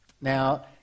Now